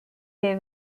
day